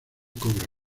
cobra